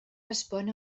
respon